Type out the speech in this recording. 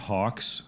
Hawks